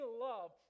love